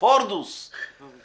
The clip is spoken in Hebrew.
תשע שנים אנחנו מנסים לקדם אותו במשרד.